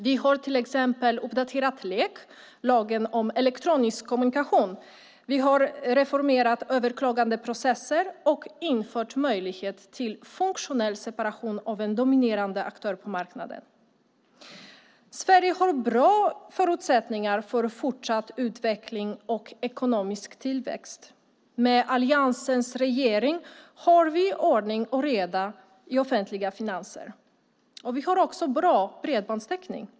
Vi har till exempel uppdaterat LEK, lagen om elektronisk kommunikation. Vi har reformerat överklagandeprocesser och infört möjlighet till funktionell separation av en dominerande aktör på marknaden. Sverige har bra förutsättningar för fortsatt utveckling och ekonomisk tillväxt. Med Alliansens regering har vi ordning och reda i offentliga finanser. Vi har också bra bredbandstäckning.